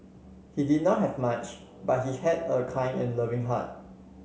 he did not have much but he had a kind and loving heart